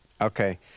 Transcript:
Okay